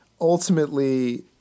ultimately